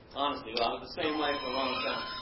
honestly ah i was the same like for a long time.